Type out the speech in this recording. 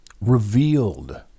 revealed